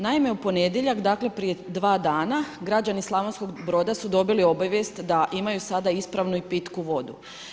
Naime u ponedjeljak, dakle prije 2 dana građani Slavonskog Broda su donijeli obavijest da imaju sada ispravnu i pitku vodu.